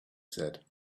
said